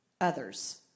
others